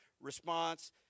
response